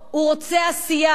הוא רוצה עשייה,